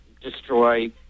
destroy